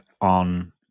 on